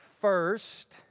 First